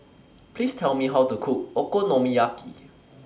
Please Tell Me How to Cook Okonomiyaki